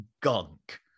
gunk